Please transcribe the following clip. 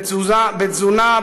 בתזונה,